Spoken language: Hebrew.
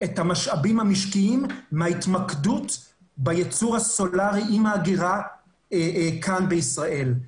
את המשאבים המשקיים מההתמקדות עם בייצור הסולרי עם ההגירה כאן בישראל.